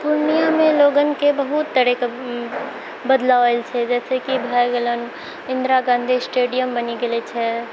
पूर्णियामे लोगनके बहुत तरहके बदलाव आएल छै जइसेकि भऽ गेलन इन्दिरा गाँधी स्टेडियम बनि गेलऽ छै